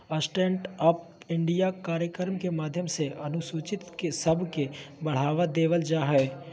stand up India कार्यक्रम के माध्यम से अनुसूचित सब के बढ़ावा देवल जा हय